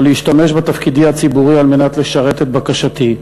להשתמש בתפקידי הציבורי על מנת לשרת את בקשתי,